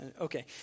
Okay